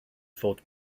fod